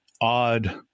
odd